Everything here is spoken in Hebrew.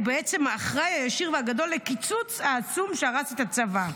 בעצם האחראי הישיר והגדול לקיצוץ העצום שהרס את הצבא.